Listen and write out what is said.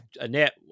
Annette